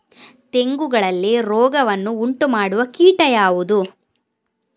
ತೆಂಗುಗಳಲ್ಲಿ ರೋಗವನ್ನು ಉಂಟುಮಾಡುವ ಕೀಟ ಯಾವುದು?